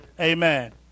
Amen